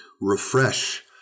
refresh